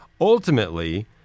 Ultimately